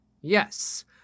Yes